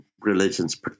religions